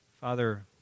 Father